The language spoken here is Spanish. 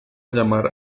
llamar